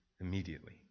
immediately